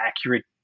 accurate